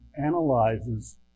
analyzes